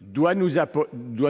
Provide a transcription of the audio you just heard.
doit